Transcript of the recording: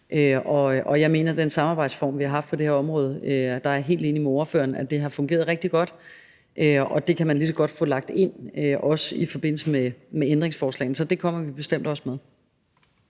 Jeg mener, at den samarbejdsform, vi har haft på det her område – og der er jeg helt enig med ordføreren – har fungeret rigtig godt, og det kan man lige så godt også få lagt ind i forbindelse med ændringsforslagene. Så det kommer vi bestemt også med.